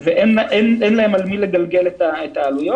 ואין להם על מי לגלגל את העלויות.